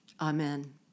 Amen